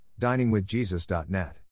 DiningWithJesus.net